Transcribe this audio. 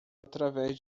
através